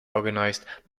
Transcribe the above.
organized